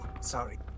Sorry